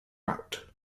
route